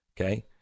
Okay